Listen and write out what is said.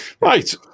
Right